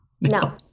no